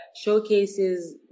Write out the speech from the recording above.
showcases